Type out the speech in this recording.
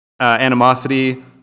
animosity